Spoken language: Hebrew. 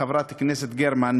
חברת הכנסת גרמן,